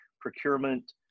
procurement